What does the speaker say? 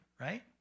right